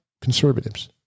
conservatives